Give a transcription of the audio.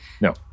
No